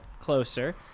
closer